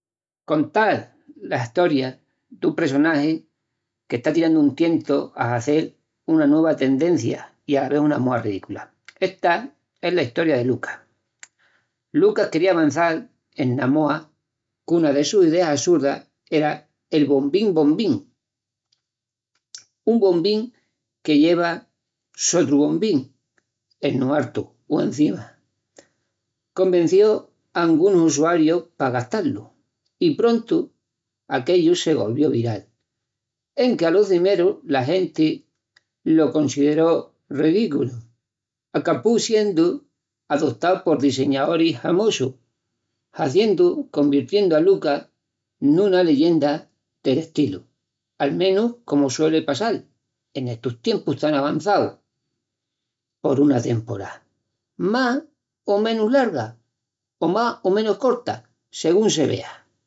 Estoria. Lucas quería avançal ena moa cuna de sus ideas assurdas: el bombín bombín, un bombín que lleva sotru bombín eno artu, convencíu a angunus usuarius pa gastal-lu. I prontu se golviu viral, enque alo cimeru la genti lo consideru ridículu, acabu siendu adotau por diseñaoris hamosus, convirtiendu a Lucas nuna leyenda del estilu, al menus comu sueli passal nestus tiempus tan avançaus por una temporá más o menus larga u corta según se vea.